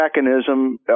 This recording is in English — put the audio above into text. mechanism